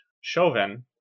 Chauvin